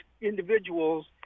individuals